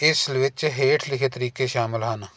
ਇਸ ਵਿੱਚ ਹੇਠ ਲਿਖੇ ਤਰੀਕੇ ਸ਼ਾਮਲ ਹਨ